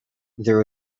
there